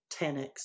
10x